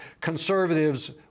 conservatives